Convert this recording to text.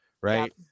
Right